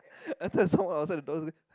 I thought there was someone outside the toilet